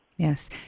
Yes